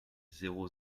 zéro